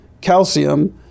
calcium